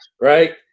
right